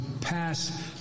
pass